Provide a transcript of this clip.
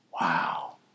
Wow